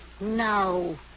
No